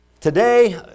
Today